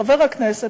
חבר הכנסת,